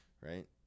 Right